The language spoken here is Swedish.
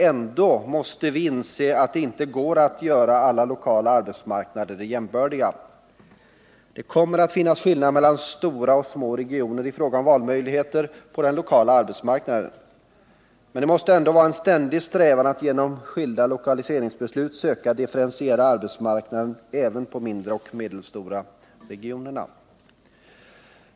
Ändå måste vi inse att det inte går att göra alla lokala arbetsmarknader jämbördiga. Det kommer att finnas skillnader mellan stora och små regioner i fråga om valmöjligheter på den lokala arbetsmarknaden. Men det måste ändå vara en ständig strävan att genom skilda lokaliseringsbeslut differentiera arbetsmarknaden även i de mindre och medelstora regionerna.